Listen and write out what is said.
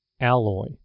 alloy